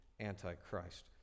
Antichrist